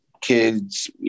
kids